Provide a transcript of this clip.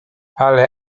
ale